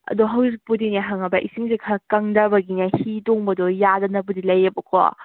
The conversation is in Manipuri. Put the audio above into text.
ꯑꯗꯣ ꯍꯧꯖꯤꯛꯄꯨꯗꯤꯅꯦ ꯈꯪꯉꯕ꯭ꯔ ꯏꯁꯤꯡꯁꯦ ꯈꯔ ꯀꯪꯗꯕꯒꯤꯅꯦ ꯍꯤ ꯇꯣꯡꯕꯗꯣ ꯌꯥꯗꯅꯕꯨꯗꯤ ꯂꯩꯌꯦꯕꯀꯣ